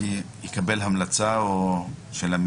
איפה כתוב שבית המשפט יקבל המלצה של הממונה?